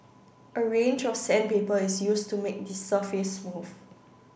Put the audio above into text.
a range of sandpaper is used to make the surface smooth